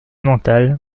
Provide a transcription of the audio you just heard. mental